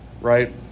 right